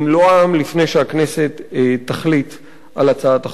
לפני שהכנסת תחליט על הצעת החוק הזאת.